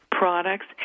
products